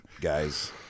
guys